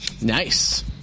Nice